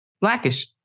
Blackish